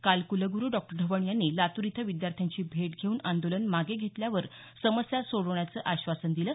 काल कुलगुरु डॉ ढवण यांनी लातूर इथं विद्यार्थ्यांची भेट घेऊन आंदोलन मागे घेतल्यावर समस्या सोडवण्याचं आश्वासन दिलं